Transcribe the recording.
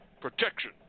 protection